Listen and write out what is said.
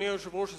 אדוני היושב-ראש,